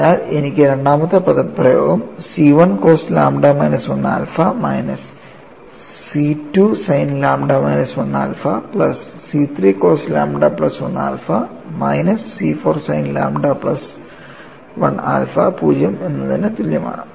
അതിനാൽ എനിക്ക് രണ്ടാമത്തെ പദപ്രയോഗം C1 cos lambda minus 1 alpha minus C2 sine lambda minus 1 alpha plus C3 cos lambda plus 1 alpha minus C4 sine lambda plus 1 alpha 0 എന്നതിന് തുല്യമാണ്